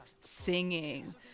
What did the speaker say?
singing